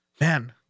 man